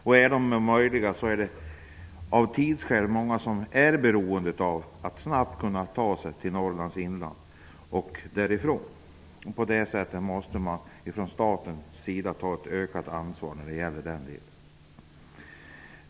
Och om sådana är möjliga är många av tidsskäl beroende av att snabbt kunna ta sig till Norrlands inland, och även därifrån. Således måste staten ta ett ökat ansvar i den delen.